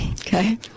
Okay